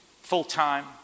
full-time